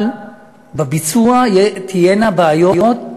אבל בביצוע תהיינה בעיות.